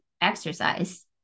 exercise